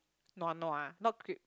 nua nua not cri~